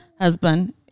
husband